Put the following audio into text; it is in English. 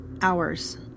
Hours